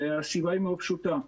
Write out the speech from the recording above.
והסיבה מאוד פשוטה,